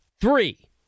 three